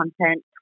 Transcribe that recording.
content